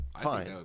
fine